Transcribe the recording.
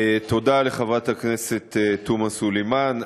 תודה לחברת הכנסת תומא סלימאן.